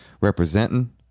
representing